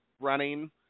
running